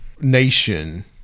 nation